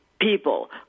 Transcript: People